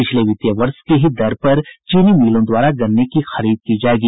पिछले वित्तीय वर्ष की ही दर पर चीनी मिलों द्वारा गन्ने की खरीद की जायेगी